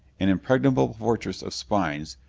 an impregnable fortress of spines,